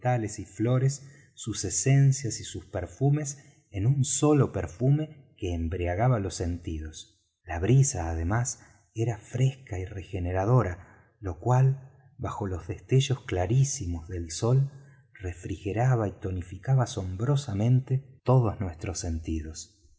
flores sus esencias y sus perfumes en un solo perfume que embriagaba los sentidos la brisa además era fresca y regeneradora lo cual bajo los destellos clarísimos del sol refrigeraba y tonificaba asombrosamente todos nuestros sentidos